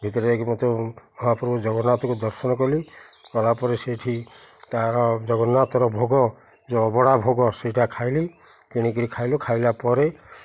ଭିତରେ ଯାଇକି ମୋତେ ମହାପ୍ରଭୁ ଜଗନ୍ନାଥକୁ ଦର୍ଶନ କଲି କଲାପରେ ସେଇଠି ତା'ର ଜଗନ୍ନାଥର ଭୋଗ ଯେଉ ଅଭଡ଼ା ଭୋଗ ସେଇଟା ଖାଇଲି କିଣିକିରି ଖାଇଲୁ ଖାଇଲା ପରେ